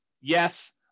Yes